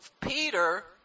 peter